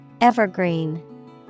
Evergreen